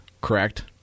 correct